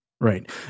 Right